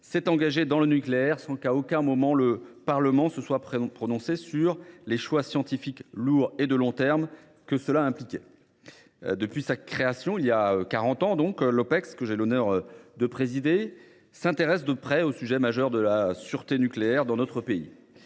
s’était engagée dans le nucléaire sans qu’à aucun moment le Parlement se soit prononcé sur les choix scientifiques lourds et de long terme que cela impliquait. Depuis sa création il y a quarante ans, l’Opecst, que j’ai l’honneur de présider, s’intéresse de près au sujet majeur de la sûreté nucléaire dans notre pays.